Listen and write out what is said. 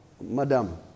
madam